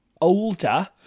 older